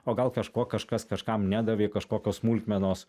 o gal kažko kažkas kažkam nedavė kažkokios smulkmenos